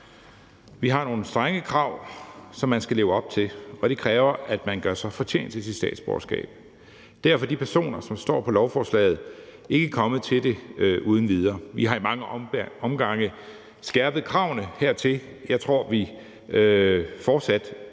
Vi har nogle strenge krav, som man skal leve op til, og det kræver, at man gør sig fortjent til sit statsborgerskab. Derfor er de personer, som står på lovforslaget, ikke kommet til det uden videre. Vi har i mange omgange skærpet kravene hertil, og jeg tror, vi fortsat